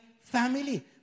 family